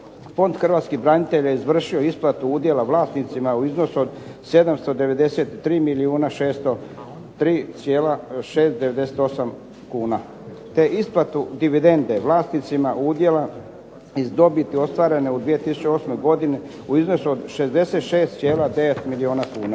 Fond hrvatskih branitelja je izvršio isplatu udjela vlasnicima u iznosu od 793 milijuna 603,98 kuna te isplatu dividende vlasnicima udjela iz dobiti ostvarene u 2008. godini u iznosu od 66,9 milijuna kuna.